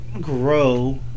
grow